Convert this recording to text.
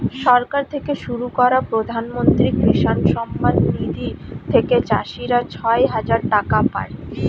সরকার থেকে শুরু করা প্রধানমন্ত্রী কিষান সম্মান নিধি থেকে চাষীরা ছয় হাজার টাকা পায়